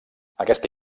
aquesta